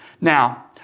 Now